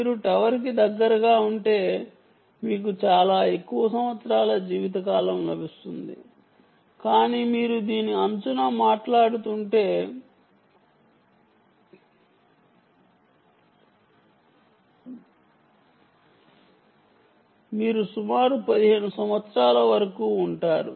మీరు టవర్కి దగ్గరగా ఉంటే మీకు చాలా ఎక్కువ సంవత్సరాల జీవితకాలం లభిస్తుంది కానీ మీరు దీని అంచున మాట్లాడుతుంటే మీరు సుమారు 15 సంవత్సరాల వరకు ఉంటారు